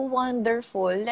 wonderful